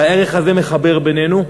והערך הזה מחבר בינינו,